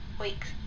Weeks